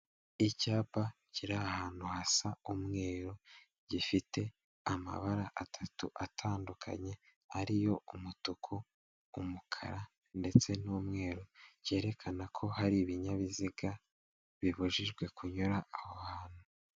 Icyapa kiri ahantu hasa umweru gifite amabara atatu atandukanye ariyo umutuku, umukara ndetse n'umweru cyerekana ko hari ibinyabiziga bibujijwe kunyura aho hantu.